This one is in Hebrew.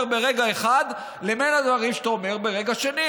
ברגע אחד לבין הדברים שאתה אומר ברגע שני.